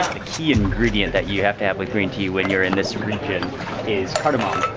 key ingredient that you have to have with green tea when you're in this region is cardamom.